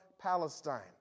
Palestine